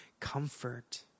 comfort